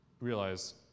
Realize